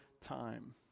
time